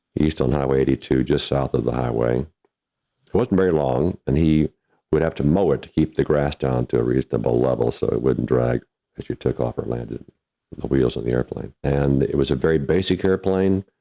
east on highway eighty two, just south of the highway. it wasn't very long, and he would have to mow it to keep the grass down to a reasonable level, so it wouldn't drag if you took off or landed the wheels on the airplane. and it was a very basic airplane,